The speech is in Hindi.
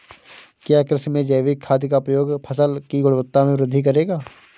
क्या कृषि में जैविक खाद का प्रयोग फसल की गुणवत्ता में वृद्धि करेगा?